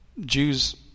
Jews